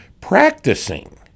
practicing